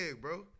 bro